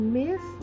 miss